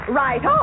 right